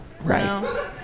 Right